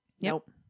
Nope